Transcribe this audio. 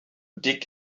dig